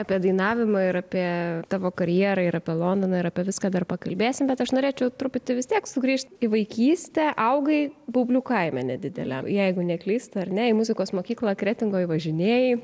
apie dainavimą ir apie tavo karjerą ir apie londoną ir apie viską dar pakalbėsim bet aš norėčiau truputį vis tiek sugrįžt į vaikystę augai baublių kaime nedideliam jeigu neklystu ar ne į muzikos mokyklą kretingoj važinėjai